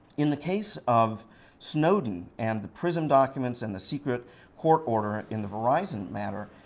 in the case of snowden, and the prison documents, and the secret court order in the verizon matter,